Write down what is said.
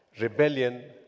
Rebellion